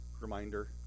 reminder